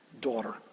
daughter